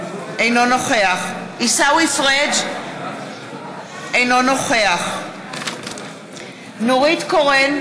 אינו נוכח עיסאווי פריג' אינו נוכח תתקני אותי.